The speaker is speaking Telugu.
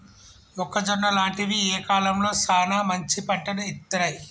మొక్కజొన్న లాంటివి ఏ కాలంలో సానా మంచి పంటను ఇత్తయ్?